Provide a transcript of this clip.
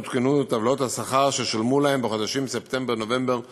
עודכנו טבלאות השכר ששולמו להם בחודשים ספטמבר נובמבר 2016,